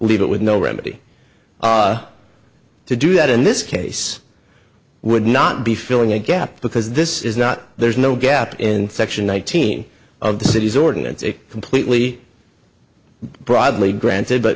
leave it with no remedy to do that in this case would not be filling a gap because this is not there's no gap in section one thousand of the city's ordinance a completely broadly granted but